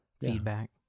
feedback